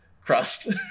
crust